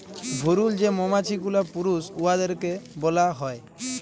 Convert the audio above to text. ভুরুল যে মমাছি গুলা পুরুষ উয়াদেরকে ব্যলা হ্যয়